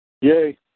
Yay